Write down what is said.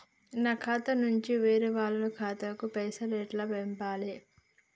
నా ఖాతా నుంచి వేరేటోళ్ల ఖాతాకు పైసలు ఎట్ల పంపాలే?